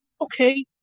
okay